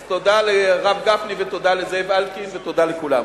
אז תודה לרב גפני, תודה לזאב אלקין ותודה לכולם.